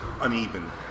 uneven